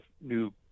new